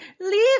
Leave